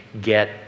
get